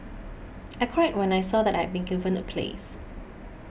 I cried when I saw that I had been given a place